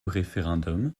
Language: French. référendum